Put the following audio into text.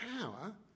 power